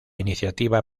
iniciativa